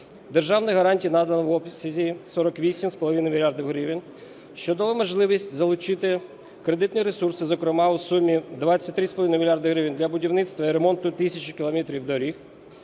Державних гарантій надано в обсязі 48,5 мільярда гривень, що дало можливість залучити кредитні ресурси, зокрема у сумі 23,5 мільярда гривень – для будівництва і ремонту тисячі кілометрів доріг;